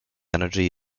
energy